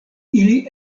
ili